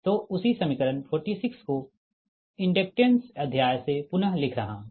तो उसी समीकरण 46 को इंडक्टेंस अध्याय से पुन लिख रहा हूँ